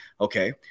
Okay